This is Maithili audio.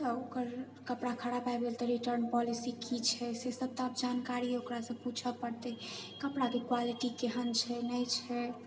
आओर ओकर कपड़ा खराब आबि गेल तऽ रिटर्न पॉलिसी की छै से सब तऽ आब जानकरी ओकरासँ पूछऽ पड़तै कपड़ाके क्वालिटी केहन छै नहि छै